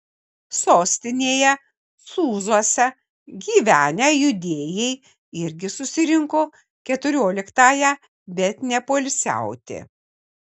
sostinėje sūzuose gyvenę judėjai irgi susirinko keturioliktąją bet ne poilsiauti